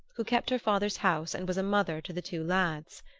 who kept her father's house and was a mother to the two lads.